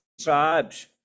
tribes